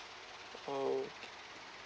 okay